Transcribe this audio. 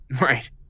Right